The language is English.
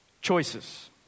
Choices